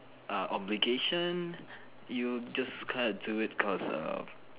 a obligation you just kind of do it cause of